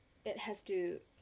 it has to